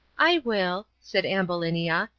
i will, said ambulinia,